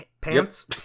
pants